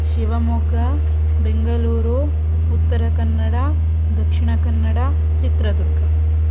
Shivamogga Bengaluru Uttara Kannada Dakshina Kannada Chitradurga